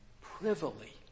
privily